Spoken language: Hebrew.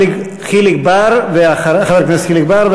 חבר הכנסת חיליק בר,